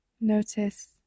Notice